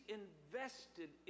invested